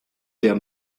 der